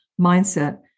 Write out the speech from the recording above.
mindset